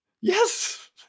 yes